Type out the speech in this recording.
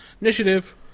Initiative